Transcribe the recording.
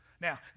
Now